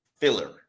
filler